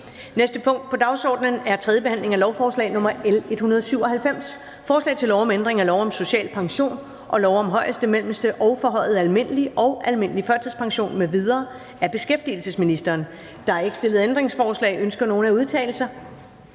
næste punkt på dagsordenen er: 2) 3. behandling af lovforslag nr. L 197: Forslag til lov om ændring af lov om social pension og lov om højeste, mellemste, forhøjet almindelig og almindelig førtidspension m.v. (Ret til at få fratrukket merindtægt som følge af arbejde